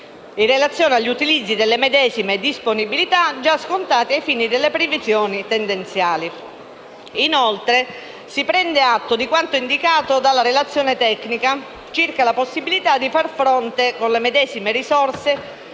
in relazione agli utilizzi delle medesime disponibilità, già scontati ai fini delle previsioni tendenziali». Inoltre, si prende atto di quanto indicato dalla relazione tecnica circa la possibilità di far fronte, con le medesime risorse,